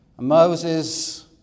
moses